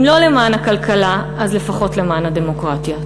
אם לא למען הכלכלה, אז לפחות למען הדמוקרטיה.